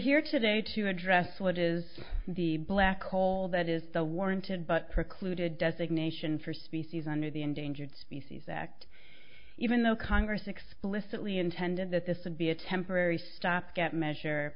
here today to address what is the black hole that is the warranted but precluded designation for species under the endangered species act even though congress explicitly intended that this would be a temporary stopgap measure